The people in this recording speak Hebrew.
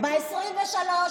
ב-23 בפברואר.